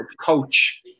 coach